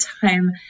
time